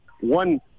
One